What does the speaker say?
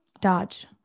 Dodge